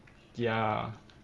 ya